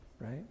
right